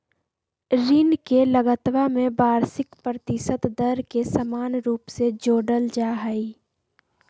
ऋण के लगतवा में वार्षिक प्रतिशत दर के समान रूप से जोडल जाहई